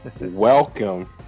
welcome